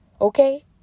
okay